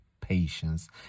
patience